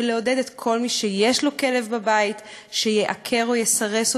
ולעודד את כל מי שיש לו כלב בבית לעקר או לסרס אותו,